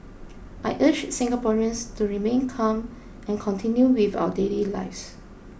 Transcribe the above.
I urge Singaporeans to remain calm and continue with our daily lives